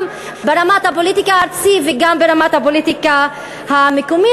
ברמת הפוליטיקה הארצית וגם ברמת הפוליטיקה המקומית.